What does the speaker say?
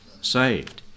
saved